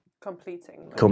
Completing